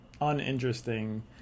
uninteresting